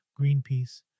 Greenpeace